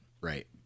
Right